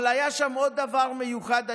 אבל היה שם עוד דבר מיוחד היום,